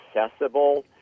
accessible